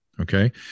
Okay